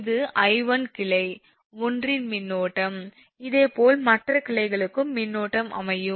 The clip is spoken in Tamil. எனவே 𝐼1 கிளை 1 இன் மின்னோட்டம் இதேபோல் மற்ற கிளைகளுக்கும் மின்னோட்டம் அமையும்